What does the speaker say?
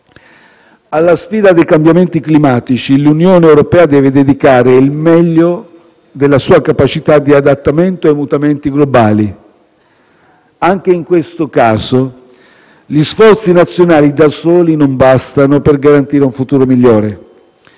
Alla sfida dei cambiamenti climatici l'Unione europea deve dedicare il meglio della sua capacità di adattamento ai mutamenti globali. Anche in questo caso gli sforzi nazionali da soli non bastano per garantire un futuro migliore.